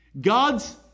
God's